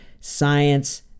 Science